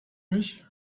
mich